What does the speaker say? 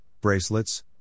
bracelets